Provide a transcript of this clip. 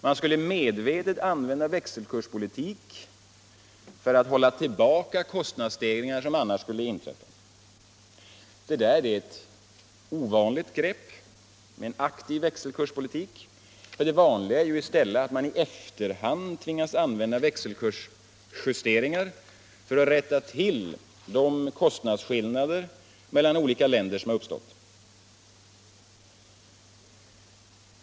Man skulle medvetet använda växelkurspolitik för att hålla tillbaka kostnadsstegringar som annars skulle inträffa. Detta är ett ovanligt grepp — en aktiv växelkurspolitik. Det vanliga är ju i stället att man i efterhand tvingas använda växelkursjusteringar för att rätta till de kostnadsskillnader mellan olika länder som har uppstått.